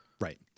right